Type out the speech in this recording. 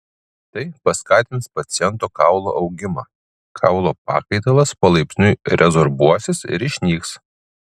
tai paskatins paciento kaulo augimą kaulo pakaitalas palaipsniui rezorbuosis ir išnyks